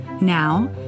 Now